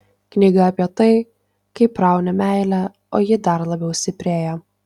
knyga apie tai kaip rauni meilę o ji dar labiau stiprėja